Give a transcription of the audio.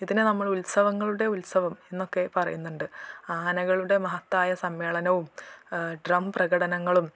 ഇതിനെ നമ്മൾ ഉത്സവങ്ങളുടെ ഉത്സവം എന്നൊക്കെ പറയുന്നുണ്ട് ആനകളുടെ മഹത്തായ സമ്മേളനവും ഡ്രം പ്രകടനങ്ങളും